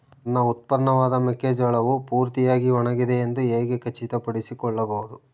ನನ್ನ ಉತ್ಪನ್ನವಾದ ಮೆಕ್ಕೆಜೋಳವು ಪೂರ್ತಿಯಾಗಿ ಒಣಗಿದೆ ಎಂದು ಹೇಗೆ ಖಚಿತಪಡಿಸಿಕೊಳ್ಳಬಹುದು?